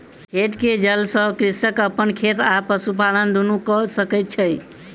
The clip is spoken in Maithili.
खेत के जल सॅ कृषक अपन खेत आ पशुपालन दुनू कय सकै छै